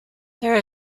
there